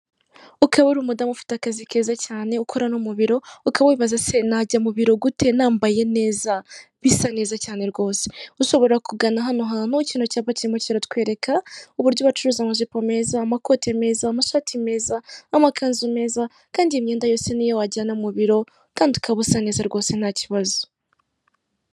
Ukaba uri umudamu ufite akazi keza cyane, ukora no mu biro, ukaba wibaza se, najya mu biro gute nambaye neza, bisa neza cyane rwose? ushobora kugana hano hantu kino cyapa kirimo kiratwereka, uburyo bacuruza amajipo meza, amakote meza, amashati meza, amakanzu meza kandi iyi myenda yose n'iyo wajyana mu biro kandi ukaba usa neza rwose, nta kibazo.